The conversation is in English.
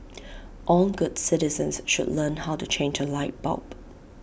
all good citizens should learn how to change A light bulb